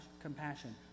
compassion